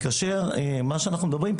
כאשר מה שאנחנו מדברים,